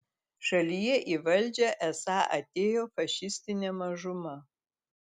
šalyje į valdžią esą atėjo fašistinė mažuma